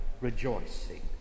rejoicing